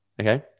Okay